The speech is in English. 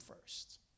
first